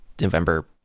November